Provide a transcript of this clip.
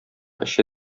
эчә